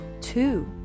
two